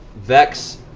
vex,